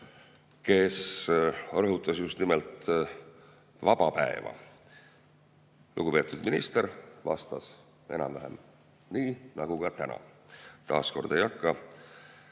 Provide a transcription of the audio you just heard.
rõhutas just nimelt vaba päeva. Lugupeetud minister vastas enam‑vähem nii nagu ka täna. Taas, ma ei hakka